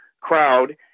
crowd